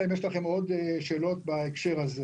אלא אם יש לכם עוד שאלות בהקשר הזה.